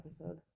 episode